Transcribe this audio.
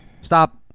Stop